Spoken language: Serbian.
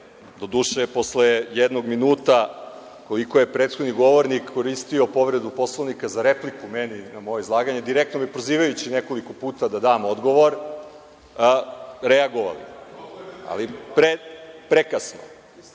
doduše posle jednog minuta koliko je prethodni govornik koristio povredu Poslovnika za repliku meni na moje izlaganje, direktno me prozivajući nekoliko puta da dam odgovor reagovali, ali prekasno.O